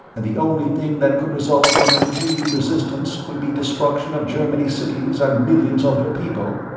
and the only thing that could result from continued resistance would be destruction of germany's cities and millions of her people,